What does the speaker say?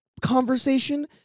conversation